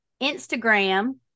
Instagram